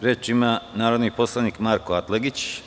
Reč ima narodni poslanik Marko Atlagić.